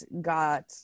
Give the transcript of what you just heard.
got